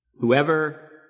Whoever